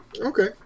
Okay